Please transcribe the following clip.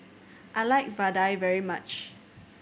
I like vadai very much